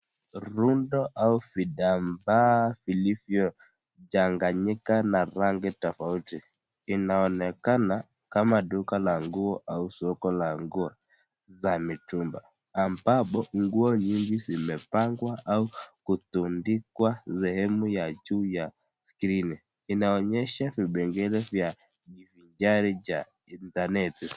Runda au vitamba vilivyochanganyika na rangi tofauti inaonekana kama duka la nguo au soko la nguo za mitumba ambapo nguo nyingi zimepangwa au kutandikwa sehemu ya juu ya skrini inaonyesha vipengele vya kujivinjari cha intaneti.